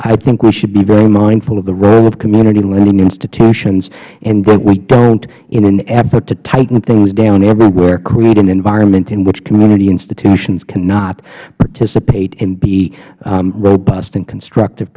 i think we should be very mindful of the role of community lending institutions and that we don't in an effort to tighten things down everywhere create an environment in which community institutions cannot participate and be robust and constructive